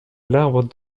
l’arbre